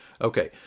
okay